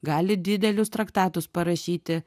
gali didelius traktatus parašyti